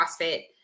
CrossFit